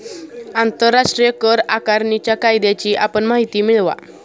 आंतरराष्ट्रीय कर आकारणीच्या कायद्याची आपण माहिती मिळवा